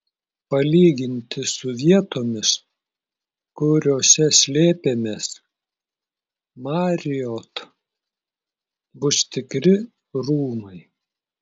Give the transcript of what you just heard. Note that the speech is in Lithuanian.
palyginti su vietomis kuriose slėpėmės marriott bus tikri rūmai